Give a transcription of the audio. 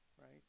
right